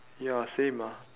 ya same ah